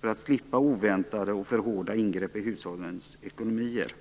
för att slippa oväntade och alltför hårda ingrepp i hushållens ekonomier.